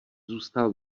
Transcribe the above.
zůstal